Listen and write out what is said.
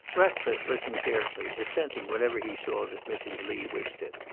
ratcliffe listened carefully, assenting whenever he saw that mrs. lee wished it.